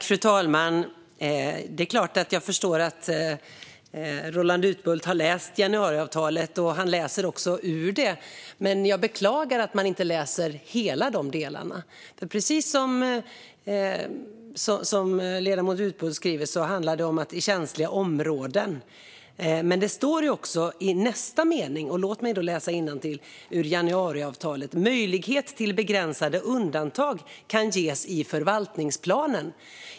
Fru talman! Jag förstår att Roland Utbult har läst januariavtalet. Han läser ju också ur det. Men jag beklagar att han inte läser hela de delarna. Precis som ledamoten Utbult säger handlar det om att stoppa det i känsliga områden. Men det står också i nästa mening i januariavtalet: "Möjlighet till begränsade undantag kan ges i förvaltningsplanen."